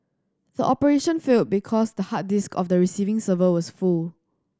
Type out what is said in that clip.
the operation failed because the hard disk of the receiving server was full